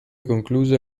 concluse